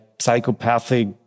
psychopathic